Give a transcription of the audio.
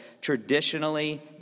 traditionally